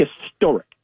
historic